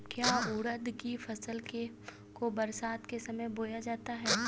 क्या उड़द की फसल को बरसात के समय बोया जाता है?